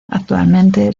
actualmente